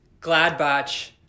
Gladbach